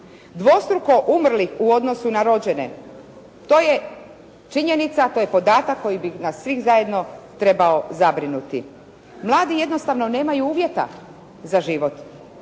Dvostruko umrlih u odnosu na rođene to je činjenica, to je podatak koji bi nas sve zajedno trebao zabrinuti. Mladi jednostavno nemaju uvjeta za život.